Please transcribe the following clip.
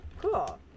Cool